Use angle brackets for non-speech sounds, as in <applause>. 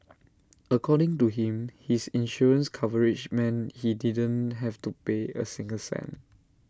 <noise> according to him his insurance coverage meant he didn't have to pay A single cent